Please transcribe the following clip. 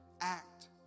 act